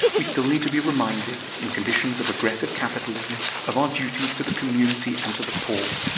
we still need to be reminded in conditions of aggressive capitalism of our duties to the community and to the poor,